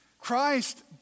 Christ